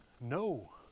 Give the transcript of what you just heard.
no